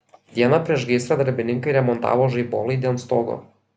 dieną prieš gaisrą darbininkai remontavo žaibolaidį ant stogo